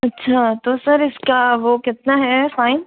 अच्छा तो सर इसका वो कितना है फाइन